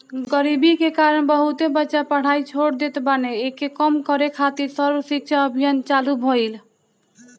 गरीबी के कारण बहुते बच्चा पढ़ाई छोड़ देत बाने, एके कम करे खातिर सर्व शिक्षा अभियान चालु भईल